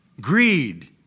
greed